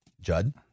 Judd